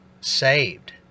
saved